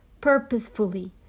purposefully